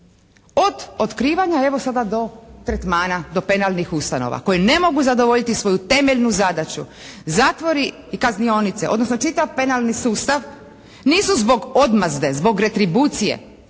Od otkrivanja, evo sada do tretmana, do penalnih ustanova koje ne mogu zadovoljiti svoju temeljnu zadaću. Zatvori i kaznionice, odnosno čitav penalni sustav nisu zbog odmazde, zbog retribucije